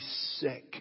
sick